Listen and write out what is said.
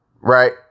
Right